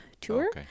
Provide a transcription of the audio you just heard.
tour